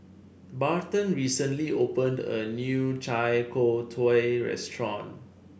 Barton recently opened a new Chai Tow Kway Restaurant